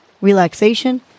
relaxation